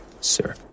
sir